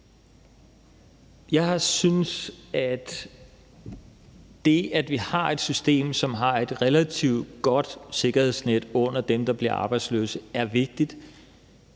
Jeg synes, at det, at vi har et system, hvor der er et relativt godt sikkerhedsnet under dem, der bliver arbejdsløse, er vigtigt